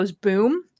boom